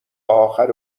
آخر